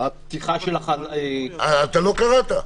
אתה לא קראת.